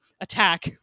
attack